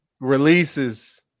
Releases